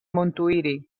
montuïri